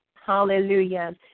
hallelujah